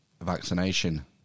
vaccination